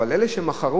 אבל אלה שמכרו,